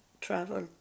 travel